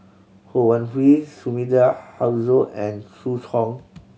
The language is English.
Ho Wan Hui Sumida Haruzo and Zhu Hong